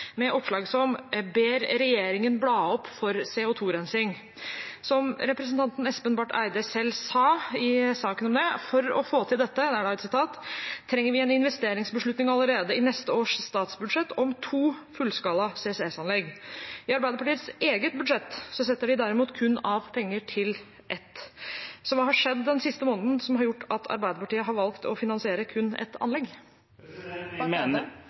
med oppslag som «Arbeiderpartiet ber regjeringen bla opp for CO 2 -rensing». Som representanten Espen Barth Eide selv sa i saken om det: «For å få til dette trenger vi en investeringsbeslutning allerede i neste års statsbudsjett om to fullskala CCS-anlegg». I Arbeiderpartiets eget budsjett setter de derimot av penger til kun ett. Hva har skjedd den siste måneden som har gjort at Arbeiderpartiet har valgt å finansiere kun ett anlegg? Vi mener